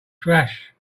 trash